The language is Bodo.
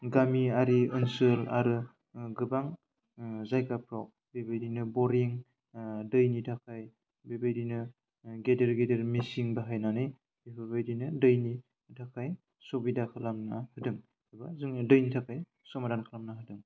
गामियारि ओनसोल आरो गोबां जायगाफ्राव बेबायदिनो बरिं दैनि थाखाय बेबायदिनो गेदेर गेदेर मेचिन बाहायनानै बेफोरबायदिनो दैनि थाखाय सुबिदा खालामना होदों एबा जोंनि दैनि थाखाय समादान खालामना होदों